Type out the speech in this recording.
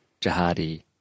jihadi